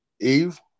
Eve